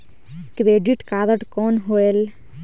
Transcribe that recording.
Credit card कौन होएल?